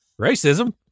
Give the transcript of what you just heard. Racism